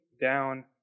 down